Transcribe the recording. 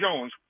Jones